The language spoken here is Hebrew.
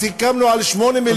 סיכמנו על 8 מיליארד שקל,